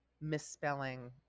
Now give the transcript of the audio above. misspelling